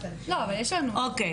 לא, אבל יש לנו --- אוקיי.